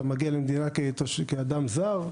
אתה מגיע למדינה כאדם זר,